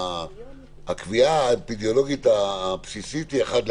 הקביעה האפידמיולוגית הבסיסית היא 4:1,